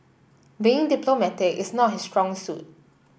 being diplomatic is not his strong suit